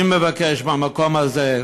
אני מבקש, מהמקום הזה,